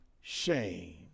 shame